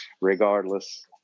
regardless